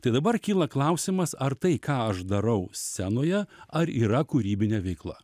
tai dabar kyla klausimas ar tai ką aš darau scenoje ar yra kūrybinė veikla